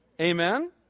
Amen